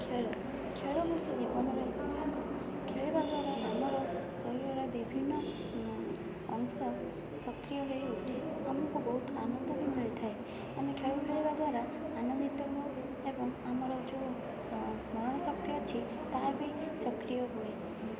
ଖେଳ ଖେଳ ମଧ୍ୟ ଜୀବନର ଖେଳର ଆମର ସମୟର ବିଭିନ୍ନ ଅଂଶ ସକ୍ରିୟ ହୋଇଉଠେ ଆମକୁ ବହୁତ ଆନନ୍ଦ ବି ମିଳିଥାଏ ଆମେ ଖେଳ ଖେଳିବା ଦ୍ଵାରା ଆନନ୍ଦିତ ହଉ ଏବଂ ଆମର ଯେଉଁ ସ୍ମରଣ ଶକ୍ତି ଅଛି ତାହା ବି ସକ୍ରିୟ ହୁଏ